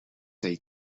they